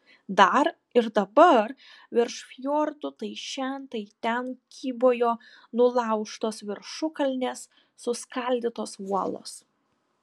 dar ir dabar virš fjordų tai šen tai ten kybojo nulaužtos viršukalnės suskaldytos uolos